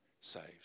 saved